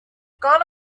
gone